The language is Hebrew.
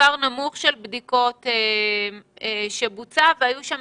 מספר נמוך של בדיקות שבוצעו והיו שם